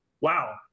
wow